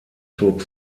zog